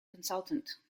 consultant